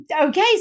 okay